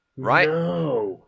Right